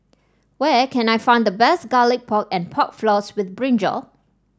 where can I find the best Garlic Pork and Pork Floss with brinjal